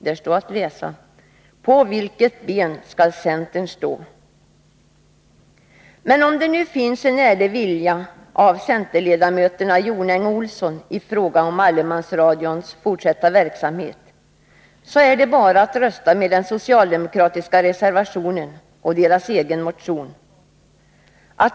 Där står att läsa: ”På vilket ben skall centern stå?” Men om det nu finns en ärlig vilja hos centerledamöterna Gunnel Jonäng och Johan Olsson i fråga om allemansradions fortsatta verksamhet, så är det bara att rösta med den socialdemokratiska reservationen och deras egen motion.